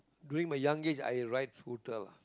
during my young age I ride scooter lah